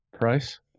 price